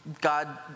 God